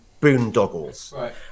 boondoggles